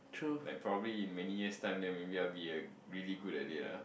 like probably in many years time then maybe I be a really good at it ah